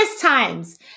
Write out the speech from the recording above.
times